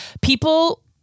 People